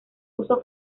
uso